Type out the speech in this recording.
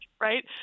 Right